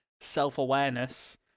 self-awareness